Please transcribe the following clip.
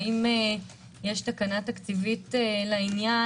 האם יש תקנה תקציבית לעניין?